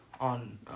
on